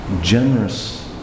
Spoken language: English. Generous